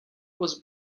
was